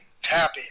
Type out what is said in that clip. happy